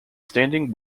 standing